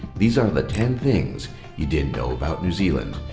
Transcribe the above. these are the ten things you didn't know about new zealand,